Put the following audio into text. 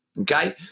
Okay